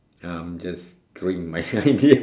um just throwing my idea